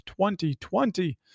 2020